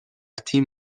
تیم